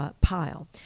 pile